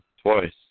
Twice